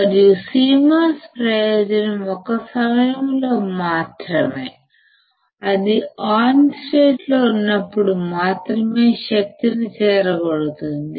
మరియు CMOS ప్రయోజనం ఒక సమయంలో మాత్రమే అది ఆన్ స్టేట్లో ఉన్నప్పుడు మాత్రమే శక్తిని చెదరగొడుతుంది